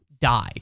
die